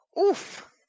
Oof